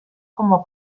como